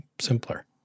simpler